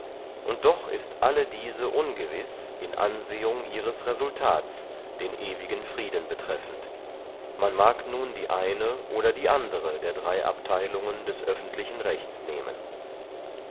und doch ist alle diese ungewis in ansehung ihres resultats den ewigen frieden betreffend man mag nun die eine oder die andere der drey abtheilungen des öffentlichen rechts nehmen